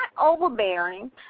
overbearing